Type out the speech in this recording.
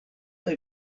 kaj